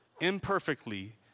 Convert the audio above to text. imperfectly